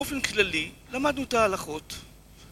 באופן כללי למדנו את ההלכות